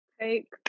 take